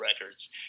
records